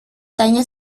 tanya